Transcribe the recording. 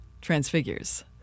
transfigures